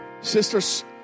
Sisters